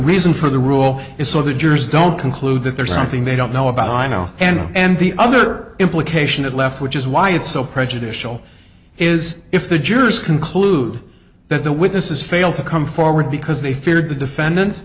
reason for the rule is so the jurors don't conclude that there's something they don't know about i know and and the other implication that left which is why it's so prejudicial is if the jurors conclude that the witness has failed to come forward because they feared the defendant